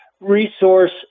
resource